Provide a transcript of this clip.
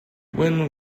when